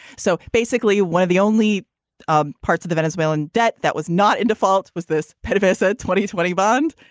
so basically one of the only ah parts of the venezuelan debt that was not in default was this pdvsa twenty twenty bond.